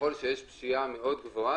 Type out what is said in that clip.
ככל שיש פשיעה מאוד גבוהה,